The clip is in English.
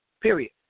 Period